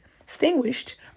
extinguished